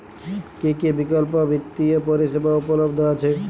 কী কী বিকল্প বিত্তীয় পরিষেবা উপলব্ধ আছে?